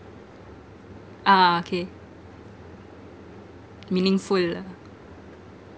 ah okay meaningful lah